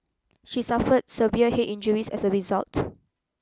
she suffered severe head injuries as a result